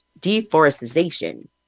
deforestation